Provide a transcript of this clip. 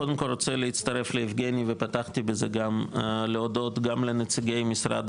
קודם כל רוצה להצטרף ליבגני ופתחתי בזה גם להודות גם לנציגי משרד